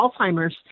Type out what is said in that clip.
Alzheimer's